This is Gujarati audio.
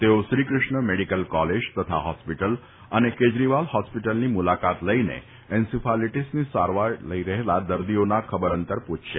તેઓ શ્રીક્રષ્ણ મેડીકલ કોલેજ તથા હોસ્પિટલ અને કેજરીવાલ હોસ્પીટલની મુલાકાત લઇને એન્સીફાલીટીસની સારવાર લઇ રહેલા દર્દીઓના ખબરઅંતર પુછશે